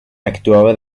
actuaba